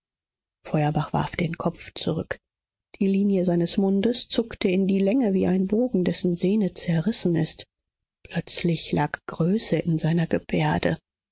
feuerbach warf den kopf zurück die linie seines mundes zuckte in die länge wie ein bogen dessen sehne zerrissen ist plötzlich lag größe in seiner